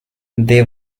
they